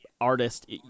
Artist